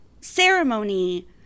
ceremony